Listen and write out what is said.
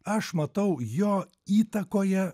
aš matau jo įtakoje